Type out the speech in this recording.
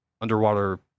underwater